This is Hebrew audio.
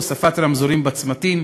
הוספת רמזורים בצמתים,